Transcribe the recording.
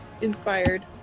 inspired